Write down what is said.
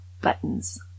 buttons